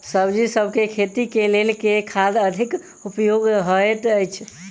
सब्जीसभ केँ खेती केँ लेल केँ खाद अधिक उपयोगी हएत अछि?